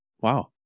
Wow